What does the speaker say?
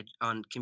on